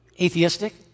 atheistic